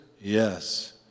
yes